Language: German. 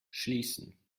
schließen